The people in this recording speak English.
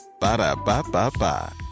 Ba-da-ba-ba-ba